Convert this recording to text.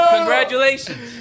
Congratulations